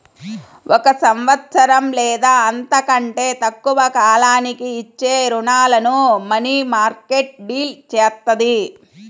ఒక సంవత్సరం లేదా అంతకంటే తక్కువ కాలానికి ఇచ్చే రుణాలను మనీమార్కెట్ డీల్ చేత్తది